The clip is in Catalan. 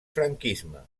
franquisme